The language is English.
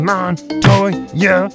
Montoya